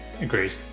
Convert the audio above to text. Agreed